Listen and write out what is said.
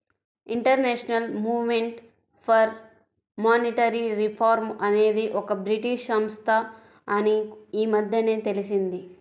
international Movement for Monetary Reform అనేది ఒక British సంస్థ అని ఈ మధ్యనే తెలిసింది